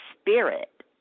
spirit